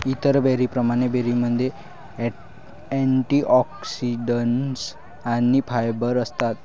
इतर बेरींप्रमाणे, बेरीमध्ये अँटिऑक्सिडंट्स आणि फायबर असतात